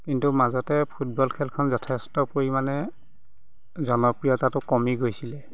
কিন্তু মাজতে ফুটবল খেলখন যথেষ্ট পৰিমাণে জনপ্ৰিয়তাটো কমি গৈছিলে